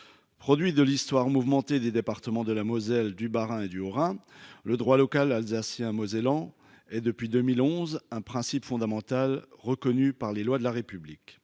Produit de l'histoire mouvementée des départements de la Moselle, du Bas-Rhin et du Haut-Rhin. Le droit local alsacien mosellan et depuis 2011 un principe fondamental reconnu par les lois de la République.